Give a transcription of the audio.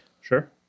Sure